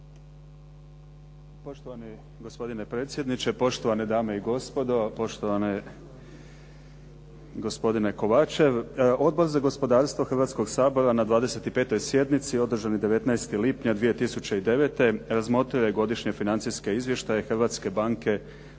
Poštovani gospodine predsjedniče, poštovane dame i gospodo, poštovani gospodine Kovačev. Odbor za gospodarstvo Hrvatskog sabora na 25. sjednici održanoj 19. lipnja 2009. razmotrio je Godišnje financijsko izvješće Hrvatske banke za obnovu